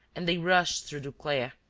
and they rushed through duclair,